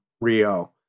Rio